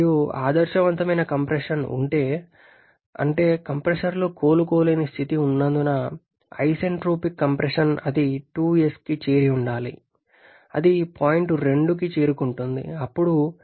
మరియు ఆదర్శవంతమైన కంప్రెషన్ ఉంటే అంటే కంప్రెసర్లో కోలుకోలేని స్థితి ఉన్నందున ఐసెంట్రోపిక్ కంప్రెషన్ అది 2sకి చేరి ఉండాలి అది పాయింట్ 2కి చేరుకుంటుంది